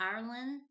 Ireland